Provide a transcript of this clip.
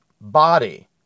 body